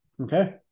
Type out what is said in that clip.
Okay